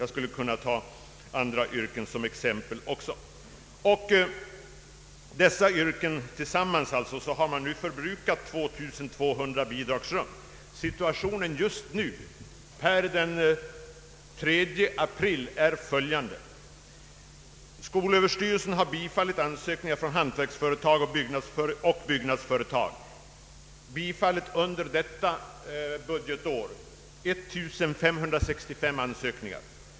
Jag skulle kunna lämna exempel på många andra yrken. Inom dessa yrken har man förbrukat totalt 2 200 bidragsrum. Situationen för den 3 april i år är följande. Skolöverstyrelsen har under detta budgetår bifallit 1565 ansökningar.